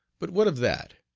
but what of that?